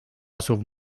asuv